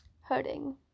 hurting